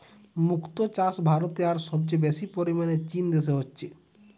মুক্তো চাষ ভারতে আর সবচেয়ে বেশি পরিমাণে চীন দেশে হচ্ছে